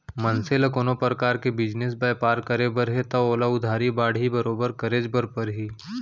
मनसे ल कोनो परकार के बिजनेस बयपार करे बर हे तव ओला उधारी बाड़ही बरोबर करेच बर परही